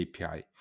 API